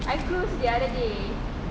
I cruise sia the other day